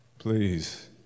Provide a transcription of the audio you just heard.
please